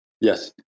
Yes